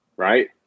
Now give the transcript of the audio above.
Right